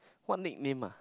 what nick name ah